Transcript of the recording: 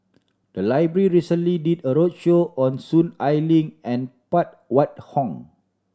the library recently did a roadshow on Soon Ai Ling and Phan Wait Hong